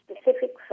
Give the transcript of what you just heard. specific